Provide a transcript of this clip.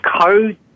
code